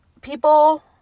people